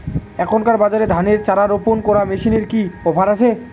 এখনকার বাজারে ধানের চারা রোপন করা মেশিনের কি অফার আছে?